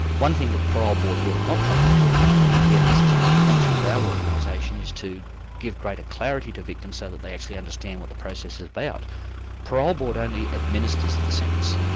one thing that the parole board will not take into account, and again, this is another function of our organisation, is to give greater clarity to victims so that they actually understand what the process is about. parole board only administers the sentence,